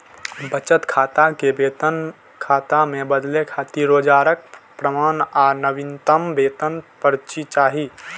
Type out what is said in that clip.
बचत खाता कें वेतन खाता मे बदलै खातिर रोजगारक प्रमाण आ नवीनतम वेतन पर्ची चाही